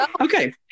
Okay